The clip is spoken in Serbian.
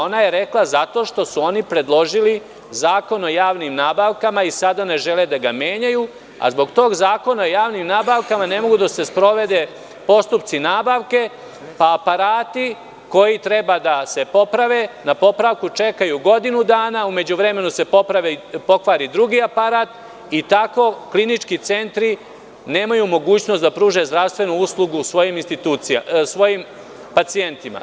Ona je rekla – zato što su oni predložili Zakon o javnim nabavkama i sada ne žele da ga menjaju, a zbog tog Zakona o javnim nabavka ne mogu da se sprovode postupci nabavke, pa aparati koji treba da se poprave, na popravku čekaju godinu dana, u međuvremenu se pokvari drugi aparat i tako klinički centri nemaju mogućnost da pruže zdravstvenu uslugu svojim pacijentima.